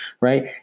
right